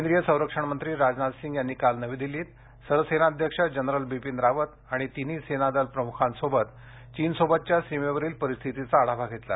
केंद्रीय संरक्षण मंत्री राजनाथ सिंग यांनी काल नवी दिल्लीत सरसेनाध्यक्ष जनरल बिपीन रावत आणि तिन्ही सेना दल प्रमुखांसोबत चीनसोबतच्या सीमेवरील परिस्थितीचा आढावा घेतला